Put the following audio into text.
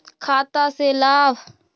खाता से लाभ?